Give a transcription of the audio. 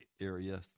area